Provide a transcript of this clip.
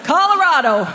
Colorado